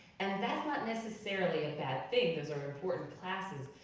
and and that's not necessarily a bad thing, those are important classes.